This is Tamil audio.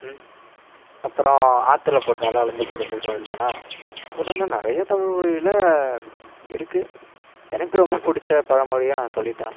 அப்புறம் ஆற்றில போட்டாலும் அளந்து போடுனு சொல்லிட்டேனா இன்னும் நறைய தமிழ் மொழியில் இருக்கு எனக்கு ரொம்ப பிடிச்ச பழமொழியை நான் சொல்லிவிட்டேன்